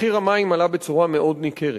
מחיר המים עלה בצורה מאוד ניכרת,